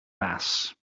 maas